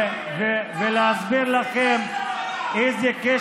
ולהסביר לכם איזה,